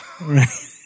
Right